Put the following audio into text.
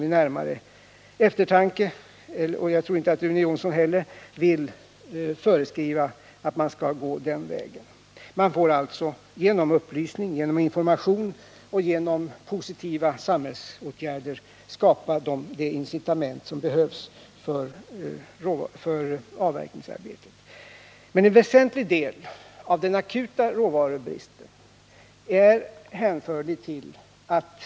och inte heller Rune Jonsson, vid närmare eftertanke vill föreskriva att man skall gå den vägen. Man får alltså genom upplysning och positiva samhällsatgärder skapa de incitament som behövs för avverkningsarbetet. Men en väsentlig del av den akuta råvarubristen är hänförlig till att.